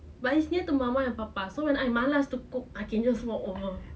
but it's near to mama and papa so when I'm malas to cook I can just walk over